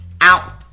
out